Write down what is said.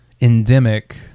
endemic